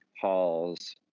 halls